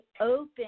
open